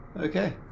Okay